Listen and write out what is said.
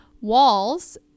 walls